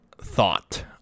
thought